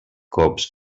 cops